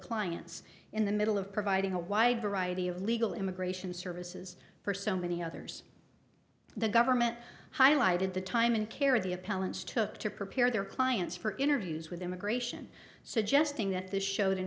clients in the middle of providing a wide variety of legal immigration services for so many others the government highlighted the time and care of the appellant's took to prepare their clients for interviews with immigration suggesting that this showed